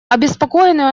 обеспокоенный